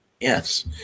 yes